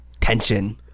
Tension